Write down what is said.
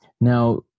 Now